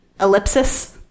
ellipsis